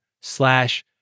slash